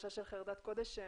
תחושה של חרדת קודש.